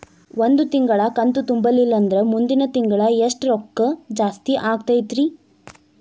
ಒಂದು ತಿಂಗಳಾ ಕಂತು ತುಂಬಲಿಲ್ಲಂದ್ರ ಮುಂದಿನ ತಿಂಗಳಾ ಎಷ್ಟ ರೊಕ್ಕ ಜಾಸ್ತಿ ಆಗತೈತ್ರಿ?